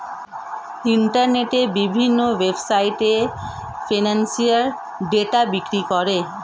ইন্টারনেটের বিভিন্ন ওয়েবসাইটে এ ফিনান্সিয়াল ডেটা বিক্রি করে